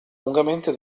lungamente